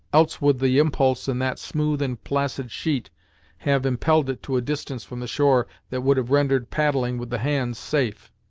else would the impulse in that smooth and placid sheet have impelled it to a distance from the shore that would have rendered paddling with the hands safe.